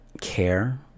care